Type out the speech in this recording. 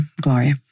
Gloria